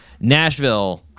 Nashville